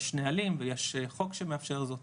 יש נהלים ויש חוק שמאפשר זאת